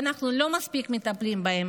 ואנחנו לא מספיק מטפלים בה.